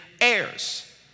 heirs